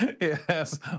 Yes